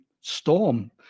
storm